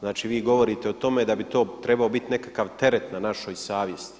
Znači vi govorite o tome da bi to trebao biti nekakav teret na našoj savjesti.